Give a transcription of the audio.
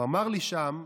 הוא אמר לי שם,